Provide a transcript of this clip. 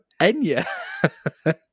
Enya